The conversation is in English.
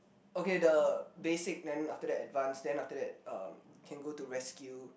okay the basic then after that advance then after that um can go to rescue